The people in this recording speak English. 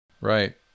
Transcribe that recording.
Right